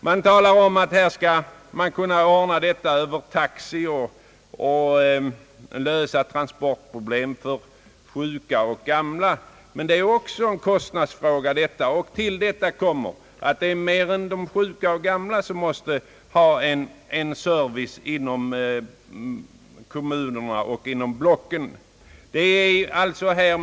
Med hjälp av taxi kan man lösa transportproblemen för sjuka och gamla, har det sagts, men det är också en kostnadsfråga. Dessutom är det fler än de sjuka och gamla som måste ha service i kommunerna och inom kommunblocken.